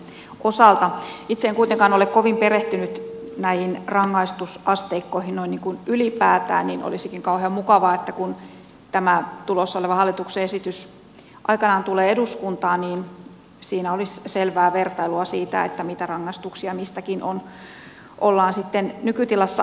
kun itse en kuitenkaan ole kovin perehtynyt näihin rangaistusasteikkoihin noin niin kuin ylipäätään niin olisikin kauhean mukavaa että kun tämä tulossa oleva hallituksen esitys aikanaan tulee eduskuntaan niin siinä olisi selvää vertailua siitä mitä rangaistuksia mistäkin ollaan sitten nykytilassa antamassa